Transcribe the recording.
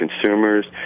consumers